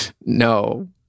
No